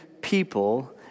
people